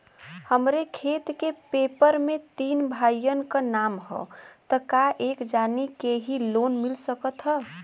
हमरे खेत के पेपर मे तीन भाइयन क नाम ह त का एक जानी के ही लोन मिल सकत ह?